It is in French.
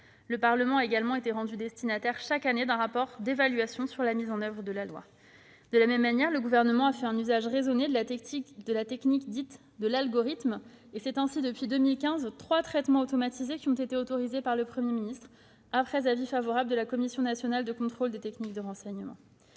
mesures. Il a également été rendu destinataire, chaque année, d'un rapport d'évaluation sur la mise en oeuvre de la loi. De la même manière, le Gouvernement a fait un usage raisonné de la technique dite « de l'algorithme ». Ainsi, depuis 2015, trois traitements automatisés ont été autorisés par le Premier ministre, après avis favorable de la Commission nationale de contrôle des techniques de renseignement